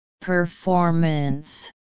Performance